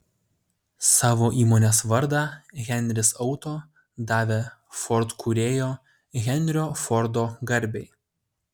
savo įmonės vardą henris auto davė ford kūrėjo henrio fordo garbei